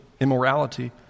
immorality